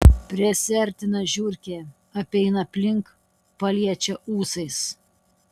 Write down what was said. prisiartina žiurkė apeina aplink paliečia ūsais